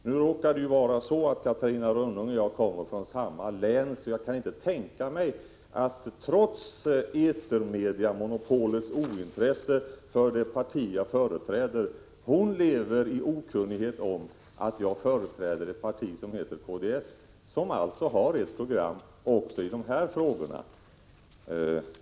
Nu råkar Catarina Rönnung och jag komma från samma län, varför jag inte kan tänka mig att hon, trots etermediemonopolets ointresse för det parti jag företräder lever i okunnighet om att jag företräder, ett parti som heter kds, som har ett program också i dessa frågor.